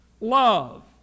Love